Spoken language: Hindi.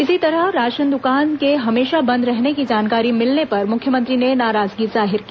इसी तरह राशन दुकान के हमेशा बंद रहने की जानकारी मिलने पर मुख्यमंत्री ने नाराजगी जाहिर की